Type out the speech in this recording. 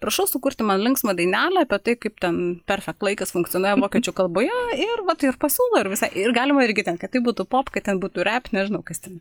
prašau sukurti man linksmą dainelę apie tai kaip ten perfekt laikas funkcionuoja vokiečių kalboje ir vat ir pasiūlo ir visai ir galima irgi ten kad tai būtų pop kad ten būtų rep nežinau kas ten